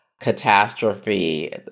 Catastrophe